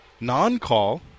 non-call